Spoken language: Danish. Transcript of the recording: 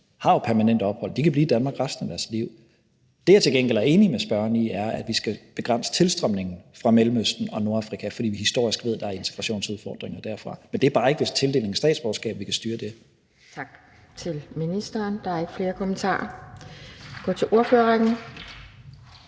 har jo permanent ophold – de kan blive i Danmark resten af deres liv. Det, jeg til gengæld er enig med spørgeren i, er, at vi skal begrænse tilstrømningen fra Mellemøsten og Nordafrika, fordi vi historisk ved, at der er integrationsudfordringer med mennesker fra de lande, men det er bare ikke ved tildelingen af statsborgerskab, vi kan styre det. Kl. 18:08 Anden næstformand (Pia Kjærsgaard): Tak til ministeren.